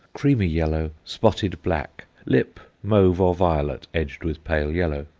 creamy-yellow, spotted black, lip mauve or violet, edged with pale yellow.